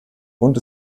und